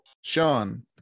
Sean